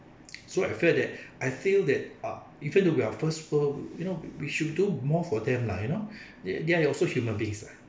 so I felt that I feel that ah even though we are first world you know we should do more for them lah you know they they are also human beings lah